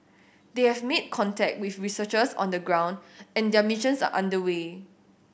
they have made contact with researchers on the ground and their missions are under way